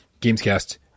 Gamescast